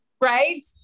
Right